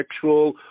sexual